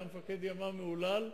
היה מפקד ימ"מ מהולל,